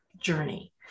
journey